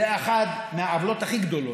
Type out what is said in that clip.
זו אחת מהעוולות הכי גדולות.